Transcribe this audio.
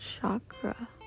chakra